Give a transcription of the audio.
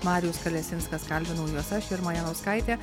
marijus kalesinskas kalbinau juos aš irma janauskaitė